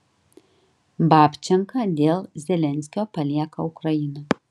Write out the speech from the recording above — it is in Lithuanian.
babčenka dėl zelenskio palieka ukrainą